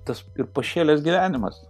tas pašėlęs gyvenimas